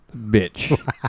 bitch